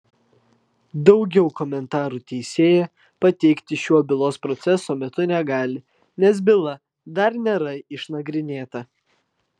daugiau komentarų teisėja pateikti šiuo bylos proceso metu negali nes byla dar nėra išnagrinėta